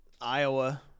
Iowa